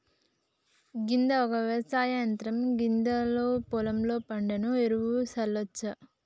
గిది ఒక వ్యవసాయ యంత్రం గిదాంతో పొలంలో పేడను ఎరువుగా సల్లచ్చు